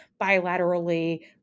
bilaterally